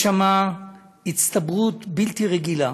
יש שם הצטברות בלתי רגילה